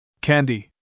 Candy